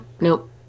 Nope